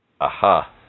Aha